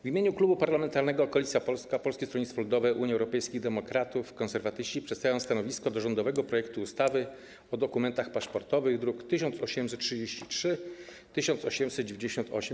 W imieniu Klubu Parlamentarnego Koalicja Polska - Polskie Stronnictwo Ludowe, Unia Europejskich Demokratów, Konserwatyści przedstawiam stanowisko wobec rządowego projektu ustawy o dokumentach paszportowych, druki nr 1833 i 1898.